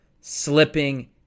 slipping